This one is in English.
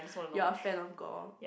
you are a fan of gore